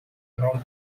around